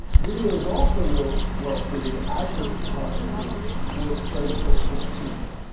video is also real well suited as is photography for social critique.